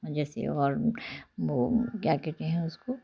जैसे और वो क्या कहते हैं उसको